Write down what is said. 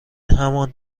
همان